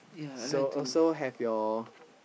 so also have your